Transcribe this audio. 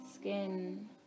skin